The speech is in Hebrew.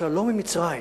והשלום עם מצרים